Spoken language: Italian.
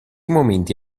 momenti